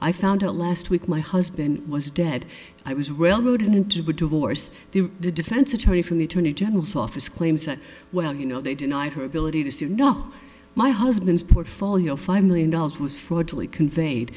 i found out last week my husband was dead i was railroaded into divorce the defense attorney from the attorney general's office claims that well you know they denied her ability to sue know my husband's portfolio five million dollars was fraudulent conveyed